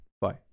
Bye